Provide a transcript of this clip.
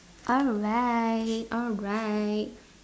alright alright